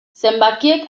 zenbakiek